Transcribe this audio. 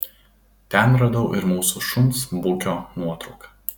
ten radau ir mūsų šuns bukio nuotrauką